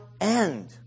end